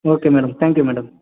okay madam thank you madam